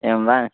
एवं वा